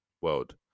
world